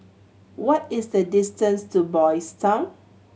what is the distance to Boys' Town